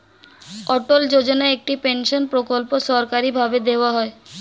অটল যোজনা একটি পেনশন প্রকল্প সরকারি ভাবে দেওয়া হয়